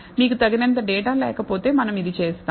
మీకు తగినంత డేటా లేకపోతే మనం ఇది చేస్తాం